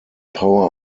power